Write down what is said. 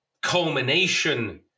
culmination